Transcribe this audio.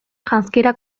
janzkera